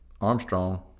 Armstrong